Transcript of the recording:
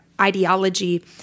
ideology